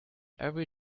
every